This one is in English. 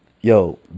Yo